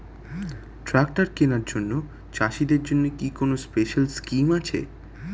Tractor কেনার জন্য চাষিদের জন্য কি কোনো স্পেশাল স্কিম আছে?